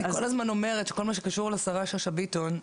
אני כל הזמן אומרת שכל מה שקשור לשרה שאשא ביטון,